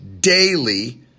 daily